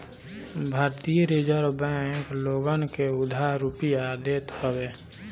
भारतीय reserve bank लोगन के उधार रुपिया देत हवे